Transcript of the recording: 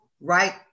right